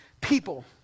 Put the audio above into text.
people